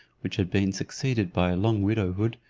which had been succeeded by a long widowhood,